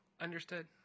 Understood